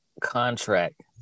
contract